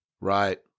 Right